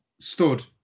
stood